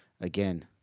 again